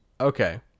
Okay